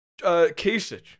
Kasich